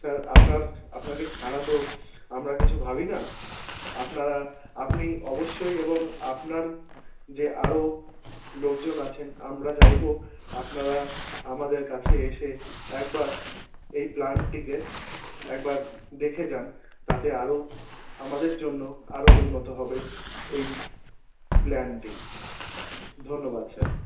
sir আপনাকে ছাড়া তো আমরা কিছু ভাবি না আপনারা আপনি অবশ্যই এবং আপনার যে আরও লোকজন আছেন আমরা চাইব আপনারা আমাদের কাছে এসে একবার এই প্ল্যান্টটিকে একবার দেখে যান তাতে আরও আমাদের জন্য আরও উন্নত হবে এই প্ল্যান্টটি ধন্যবাদ স্যার